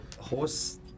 horse